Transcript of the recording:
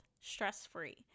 stress-free